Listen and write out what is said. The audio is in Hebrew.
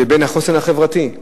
לבין החוסן החברתי.